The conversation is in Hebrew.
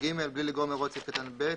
סעיף קטן (ב),